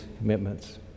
commitments